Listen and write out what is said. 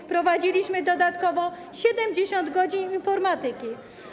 Wprowadziliśmy dodatkowo 70 godzin informatyki.